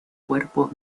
cuerpos